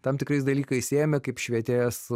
tam tikrais dalykais ėmė kaip švietėjas